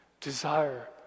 desire